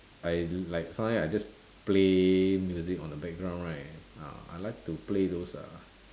I like sometimes I just play music on the background right ah I like to play those uh